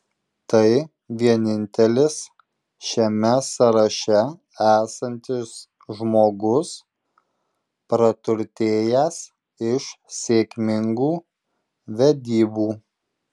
tai vienintelis šiame sąraše esantis žmogus praturtėjęs iš sėkmingų vedybų